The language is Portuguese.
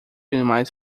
demais